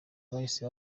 bahise